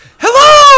Hello